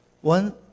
One